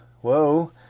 whoa